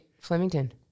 Flemington